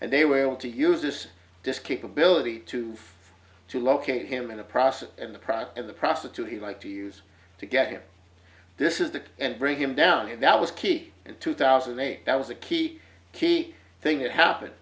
and they were able to use this disk in ability to to locate him in the process and the product of the prostitute he'd like to use to get him this is the and bring him down and that was key in two thousand and eight that was a key key thing that happened